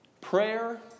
Prayer